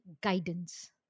guidance